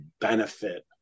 benefit